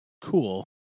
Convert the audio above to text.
cool